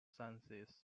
sciences